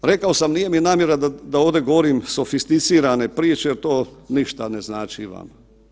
Dakle, rekao sam nije mi namjera da ovdje govorim sofisticirane priče jer to ništa ne znači vama.